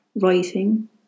Writing